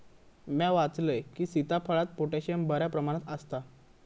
म्या वाचलंय की, सीताफळात पोटॅशियम बऱ्या प्रमाणात आसता